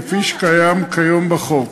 כפי שקיים כיום בחוק.